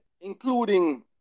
including